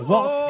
Walk